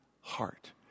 heart